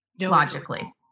Logically